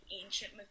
ancient